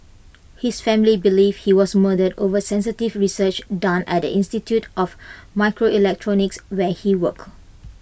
his family believe he was murdered over sensitive research done at institute of microelectronics where he worked